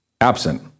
absent